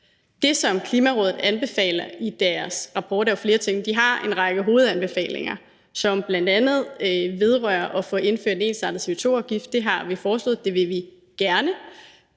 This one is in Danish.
Det, som Klimarådet anbefaler i deres rapport, er jo flere ting. De har en række hovedanbefalinger, som bl.a. vedrører at få indført en ensartet CO2-afgift. Det har vi foreslået, det vil vi gerne.